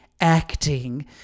acting